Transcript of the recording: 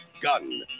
Gun